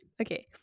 okay